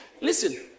Listen